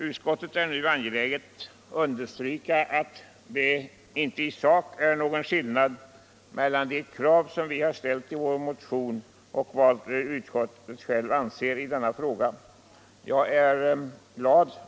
Utskottet finner angeläget framhålla att det inte i sak är någon skillnad mellan de krav som vi ställt i vår motion och vad utskottet självt anser i denna fråga. Jag är glad.